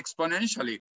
exponentially